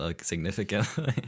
significantly